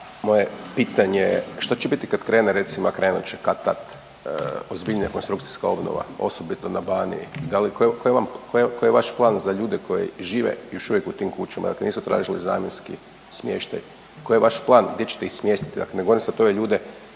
moje pitanje je što će biti kad krene recimo, a krenut će kad-tad, ozbiljnija konstrukcijska obnova, osobito na Baniji, da li, koje, koje vam, koji je, koji je vaš plan za ljude koji žive još uvijek u tim kućama, dakle nisu tražili zamjenski smještaj, koji je vaš plan gdje ćete ih smjestiti, dakle ne govorim sad ove ljude